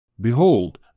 Behold